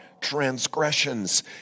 transgressions